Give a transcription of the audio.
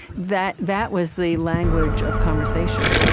that that was the language of conversation,